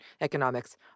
economics